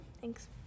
Thanks